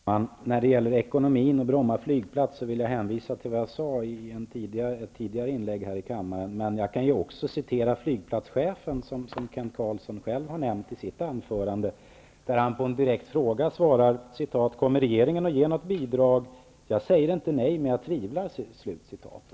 Fru talman! När det gäller ekonomin och Bromma flygplats vill jag hänvisa till vad jag sade i ett tidigare inlägg här i kammaren. Jag kan också referera vad som har sagts av flygplatschefen, som Kent Carlsson själv har nämnt i sitt anförande. På en direkt fråga om regeringen kommer att ge något bidrag svarar han: Jag säger inte nej, men jag tvivlar.